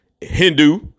Hindu